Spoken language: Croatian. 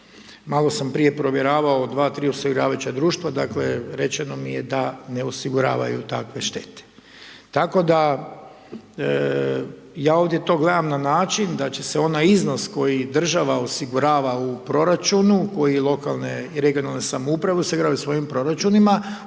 Malo sam prije provjeravao od 2, 3 osiguravajuća društva dakle rečeno mi je da ne osiguravaju takve štete. Tako da ja ovdje to gledam na način da će se onaj iznos koji država osigurava u proračunu koji lokalne i regionalne samouprave osiguravaju u svojim proračunima